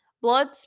Blood